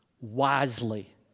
wisely